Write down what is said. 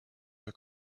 her